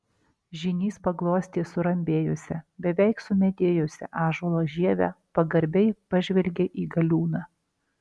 žynys paglostė surambėjusią beveik sumedėjusią ąžuolo žievę pagarbiai pažvelgė į galiūną